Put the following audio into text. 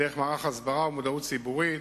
דרך מערך הסברה ומודעות ציבורית,